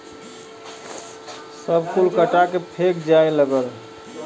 सब कुल कटा के फेका जाए लगल